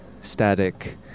static